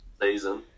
season